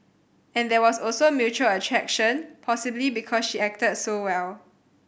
and there was also mutual attraction possibly because she acted so well